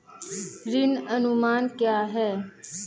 ऋण अनुमान क्या है?